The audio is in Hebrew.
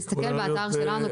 תסתכל באתר שלנו,